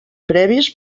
previs